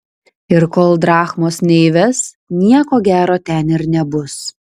ir kol drachmos neįves nieko gero ten ir nebus